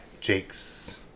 Jake's